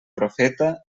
profeta